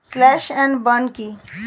Slash and burn কি?